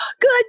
good